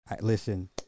Listen